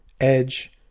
edge